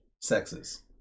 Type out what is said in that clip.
sexes